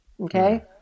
okay